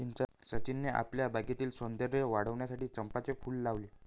सचिनने आपल्या बागेतील सौंदर्य वाढविण्यासाठी चंपाचे फूल लावले